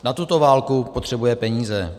Na tuto válku potřebuje peníze.